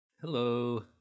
Hello